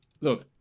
Look